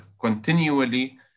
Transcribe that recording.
continually